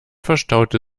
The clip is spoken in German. verstaute